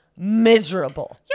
miserable